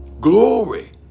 Glory